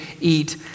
eat